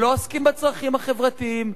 שלא עוסקים בצרכים החברתיים,